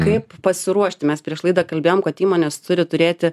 kaip pasiruošti mes prieš laidą kalbėjom kad įmonės turi turėti